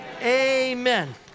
Amen